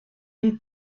une